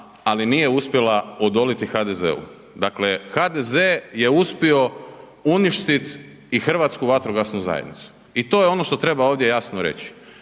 ali nije uspjela odoliti HDZ-u. Dakle, HDZ je uspio uništiti i Hrvatsku vatrogasnu zajednicu i to je ono što treba ovdje jasno reći.